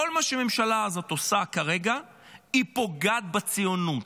בכל מה שהממשלה הזאת עושה כרגע היא פוגעת בציונות,